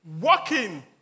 working